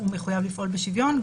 הוא מחויב לפעול בשוויון,